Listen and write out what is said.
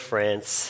France